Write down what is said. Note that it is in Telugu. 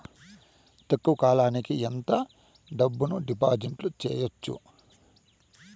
తక్కువ కాలానికి ఎంత డబ్బును డిపాజిట్లు చేయొచ్చు?